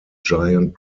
giant